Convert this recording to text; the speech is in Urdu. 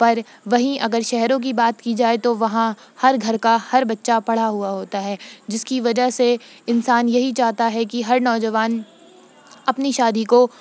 پر وہیں اگر شہروں کی بات کی جائے تو وہاں ہر گھر کا ہر بچہ پڑھا ہوا ہوتا ہے جس کی وجہ سے انسان یہی چاہتا ہے کہ ہر نوجوان اپنی شادی کو